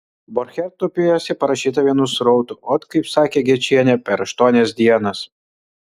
borcherto pjesė parašyta vienu srautu ot kaip sakė gečienė per aštuonias dienas